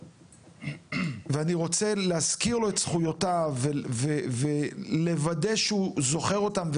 ואני רוצה להזכיר לו את זכויותיו ולוודא שהוא זוכר אותן,